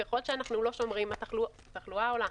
ככל שאנחנו לא שומרים, התחלואה עולה.